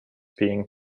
being